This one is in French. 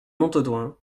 montaudoin